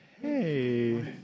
Hey